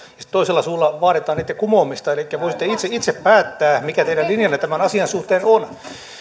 sitten toisella suulla vaaditaan niitten kumoamista elikkä voisitte itse itse päättää mikä teidän linjanne tämän asian suhteen on